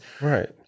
Right